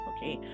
Okay